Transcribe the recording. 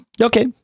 Okay